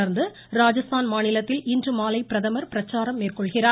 தொடர்ந்து ராஜஸ்தான் மாநிலத்தில் இன்றுமாலை பிரதமர் பிரச்சாரம் மேற்கொள்கிறார்